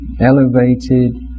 elevated